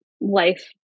life